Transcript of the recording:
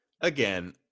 again